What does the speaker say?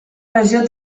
regió